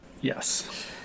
yes